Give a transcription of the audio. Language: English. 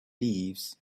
leaves